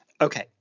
okay